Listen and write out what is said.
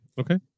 Okay